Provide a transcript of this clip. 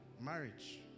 marriage